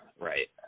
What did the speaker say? right